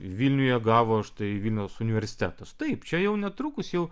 vilniuje gavo štai vilniaus universitetas taip čia jau netrukus jau